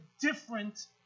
different